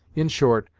in short,